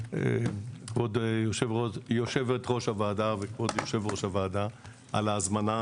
לכם כבוד יושבת-ראש הוועדה וכבוד יושב-ראש הוועדה על ההזמנה,